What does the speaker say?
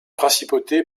principauté